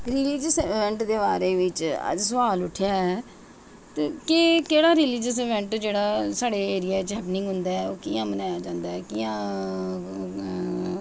रिलियस दे बारै बेच अज सोआल उट्ठेआ ऐ ते केह् केह्ड़ा रिलियस इबैट जेह्ड़ा साढ़े एरिया च ओह् कि'यां मनाया जंदा ऐ कि'यां